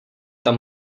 tam